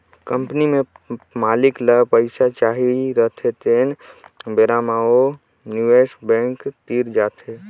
company में मालिक ल पइसा चाही रहथें तेन बेरा म ओ ह निवेस बेंकर तीर जाथे